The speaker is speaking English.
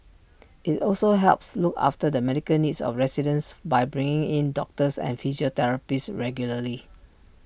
IT also helps look after the medical needs of residents by bringing in doctors and physiotherapists regularly